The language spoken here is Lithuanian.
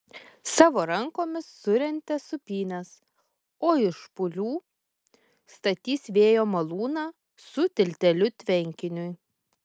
savo rankomis surentė sūpynes o iš špūlių statys vėjo malūną su tilteliu tvenkiniui